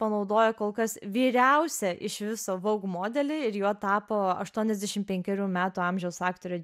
panaudojo kol kas vyriausią iš viso vogue modelį ir juo tapo aštuoniasdešim penkerių metų amžiaus aktorė